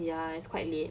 mm